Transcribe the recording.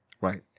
Right